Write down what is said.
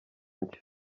nshya